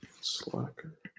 Slacker